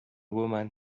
woman